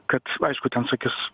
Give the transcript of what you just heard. kad aišku ten sakys